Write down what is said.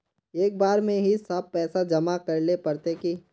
एक बार में ही सब पैसा जमा करले पड़ते की?